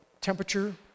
temperature